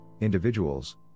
individuals